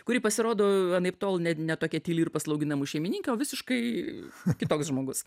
kuri pasirodo anaiptol ne ne tokia tyli ir paslaugi namų šeimininkė o visiškai kitoks žmogus